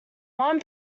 one